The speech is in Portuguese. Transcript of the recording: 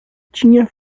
tinha